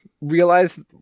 realize